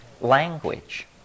language